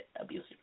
abusive